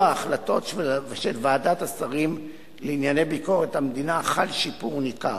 החלטות של ועדת השרים לענייני ביקורת המדינה חל שיפור ניכר.